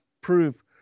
proof